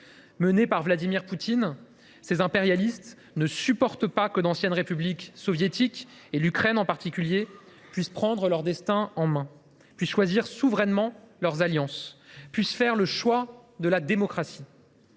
Menés par Vladimir Poutine, ces impérialistes ne supportent pas que d’anciennes républiques soviétiques, l’Ukraine en particulier, prennent leur destin en main, choisissent souverainement leurs alliances et fassent le choix de la démocratie.